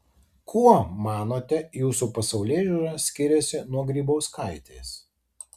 kuo manote jūsų pasaulėžiūra skiriasi nuo grybauskaitės